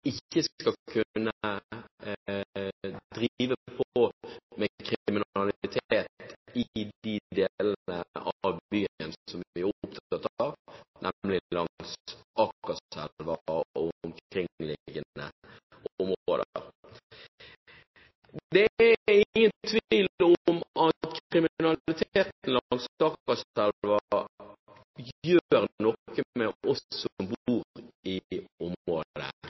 ikke skal kunne drive på med kriminalitet i de delene av byen som vi er opptatt av, nemlig langs Akerselva og omkringliggende områder. Det er ingen tvil om at kriminaliteten langs Akerselva gjør noe med oss som bor i området. Det er